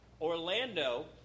Orlando